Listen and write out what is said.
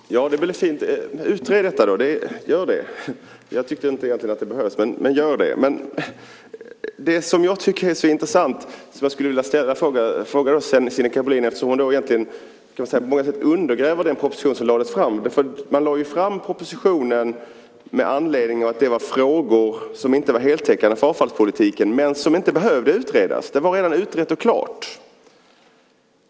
Fru talman! Det är väl fint! Utred detta då! Gör det! Jag tyckte egentligen inte att det behövdes, men gör det! Det finns en sak som jag tycker är intressant och som jag skulle vilja ställa en fråga till Sinikka Bohlin om, eftersom hon undergräver den proposition som lades fram. Man lade fram propositionen med anledning av att det var frågor som inte var heltäckande för avfallspolitiken men som inte behövde utredas. Det var redan utrett och klart.